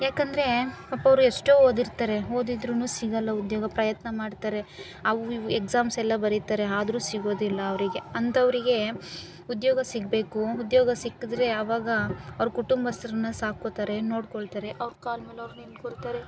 ಯಾಕಂದರೆ ಪಾಪ ಅವ್ರು ಎಷ್ಟೋ ಓದಿರ್ತಾರೆ ಓದಿದ್ದರೂನು ಸಿಗೋಲ್ಲ ಉದ್ಯೋಗ ಪ್ರಯತ್ನ ಮಾಡ್ತಾರೆ ಅವು ಇವು ಎಕ್ಸಾಮ್ಸ್ ಎಲ್ಲ ಬರೀತಾರೆ ಆದರೂ ಸಿಗೋದಿಲ್ಲ ಅವರಿಗೆ ಅಂಥವರಿಗೆ ಉದ್ಯೋಗ ಸಿಗಬೇಕು ಉದ್ಯೋಗ ಸಿಕ್ಕಿದ್ರೆ ಅವಾಗ ಅವ್ರು ಕುಟುಂಬಸ್ಥರನ್ನ ಸಾಕ್ಕೋತಾರೆ ನೋಡಿಕೊಳ್ತಾರೆ ಅವ್ರ ಕಾಲ ಮೇಲೆ ಅವ್ರು ನಿಂತುಕೊತಾರೆ